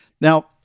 Now